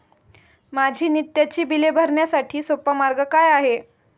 माझी नित्याची बिले भरण्यासाठी सोपा मार्ग काय आहे?